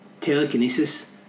telekinesis